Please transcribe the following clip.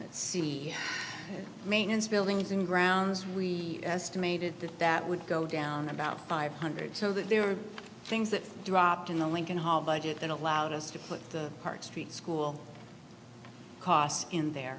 thousand maintenance buildings and grounds we estimated that that would go down about five hundred so that there are things that dropped in the lincoln hall budget that allowed us to put part street school costs in there